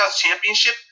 Championship